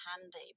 handy